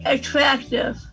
Attractive